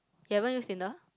you haven't use Tinder